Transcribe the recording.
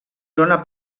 zona